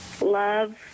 love